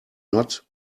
not